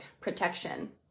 Protection